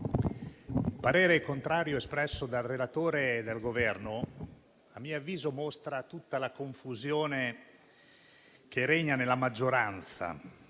il parere contrario espresso dal relatore e dal Governo, a mio avviso, mostra tutta la confusione che regna nella maggioranza